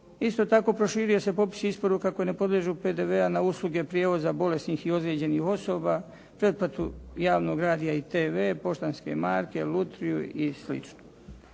Isto tako, proširuje se popis isporuka koje ne podliježu PDV-u na usluge prijevoza bolesnih i ozlijeđenih osoba, pretplatu javnog radija i tv, poštanske marke, lutriju i